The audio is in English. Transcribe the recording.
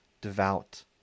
devout